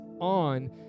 on